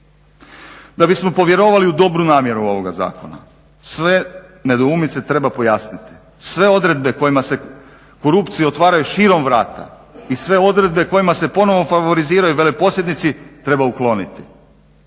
Da bismo povjerovali u dobru namjeru ovoga zakona sve nedoumice treba pojasniti, sve odredbe kojima se korupciji otvaraju širom vrata i sve odredbe kojima se ponovo favoriziraju veleposjednici treba ukloniti.